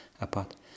apart